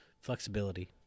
flexibility